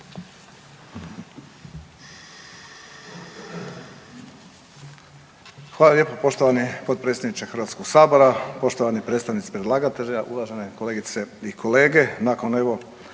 Hvala lijepo poštovani potpredsjedniče Hrvatskog sabora, poštovani predstavnici predlagatelja, uvažene kolegice i kolege.